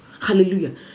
Hallelujah